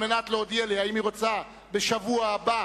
על מנת להודיע לי אם היא רוצה בשבוע הבא,